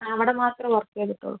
ആ അവിടെ മാത്രം വർക്ക് ചെയ്തിട്ടുള്ളൂ